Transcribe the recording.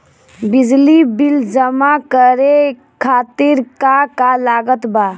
बिजली बिल जमा करे खातिर का का लागत बा?